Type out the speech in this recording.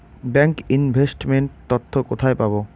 Bank investment তথ্য কোথায় পাব?